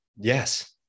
Yes